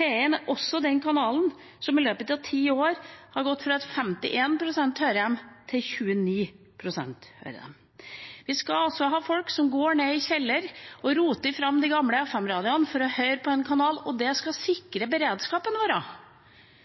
P1 er også en kanal som i løpet av ti år har gått fra at 51 pst. hører på den, til at 29 pst. hører på den. Vi skal altså ha folk som går ned i kjelleren og roter fram de gamle FM-radioene for å høre på en kanal, og det skal sikre beredskapen vår.